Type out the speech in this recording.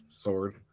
sword